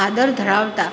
આદર ધરાવતા